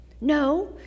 No